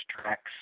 tracks